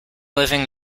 living